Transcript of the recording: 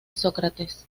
sócrates